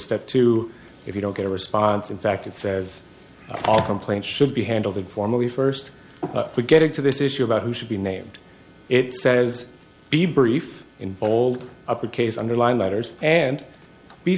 step two if you don't get a response in fact it says all complaints should be handled informally first we get into this issue about who should be named it says be brief in bold upper case underlined letters and be